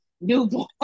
newborn